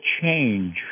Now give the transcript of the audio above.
change